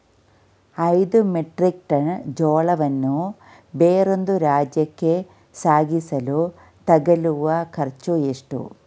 ಐದು metric ton ಜೋಳವನ್ನು ಬೇರೊಂದು ರಾಜ್ಯಕ್ಕೆ ಸಾಗಿಸಲು ತಗಲುವ ಖರ್ಚು ಎಷ್ಟು?